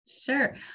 Sure